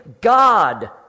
God